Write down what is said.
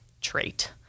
trait